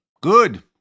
Good